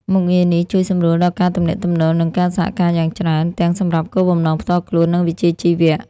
មុខងារនេះជួយសម្រួលដល់ការទំនាក់ទំនង និងការសហការយ៉ាងច្រើន ទាំងសម្រាប់គោលបំណងផ្ទាល់ខ្លួន និងវិជ្ជាជីវៈ។